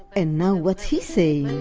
and now what's he saying?